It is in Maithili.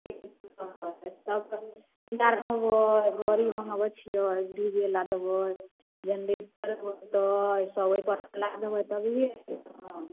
छोटकी छोटकी समान सब हिसाबसँ देबै मिला देबै गड़ी बनबैत छियै डी जे लादबै जेनरेटर होयतै सब ओहिपर लादबै तभिए भेजबै ने